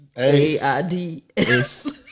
A-I-D-S